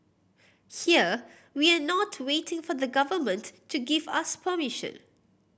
here we are not waiting for the Government to give us permission